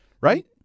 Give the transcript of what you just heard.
Right